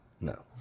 No